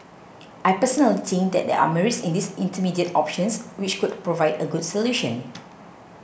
I personally think there are merits in these intermediate options which could provide a good solution